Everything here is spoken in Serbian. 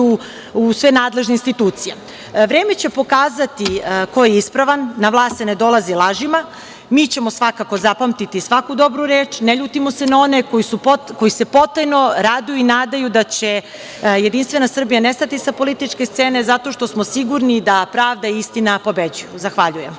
u sve nadležne institucije. Vreme će pokazati ko je ispravan. Na vlast se ne dolazi lažima. Mi ćemo svakako zapamtiti svaku dobru reč. Ne ljutimo se na one koji se potajno raduju i nadaju da će Jedinstvena Srbija nestati sa političke scene zato što smo sigurni da pravda i istina pobeđuju. Zahvaljujem.